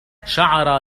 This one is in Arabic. شعر